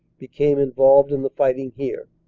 became involved in the fighting here.